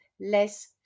less